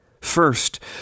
First